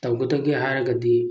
ꯇꯧꯒꯗꯒꯦ ꯍꯥꯏꯔꯒꯗꯤ